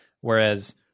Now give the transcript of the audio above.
Whereas